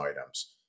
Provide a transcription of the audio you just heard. items